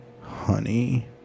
Honey